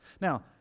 Now